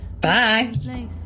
Bye